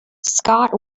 scott